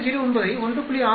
09 ஐ 1